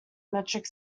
metric